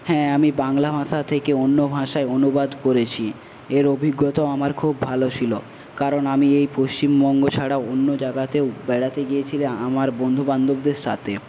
হ্যাঁ আমি বাংলা ভাষা থেকে অন্য ভাষায় অনুবাদ করেছি এর অভিজ্ঞতাও আমার খুব ভালো ছিল কারণ আমি এই পশ্চিমবঙ্গ ছাড়া অন্য জায়গাতেও বেড়াতে গিয়েছিলাম আমার বন্ধুবান্ধবদের সাথে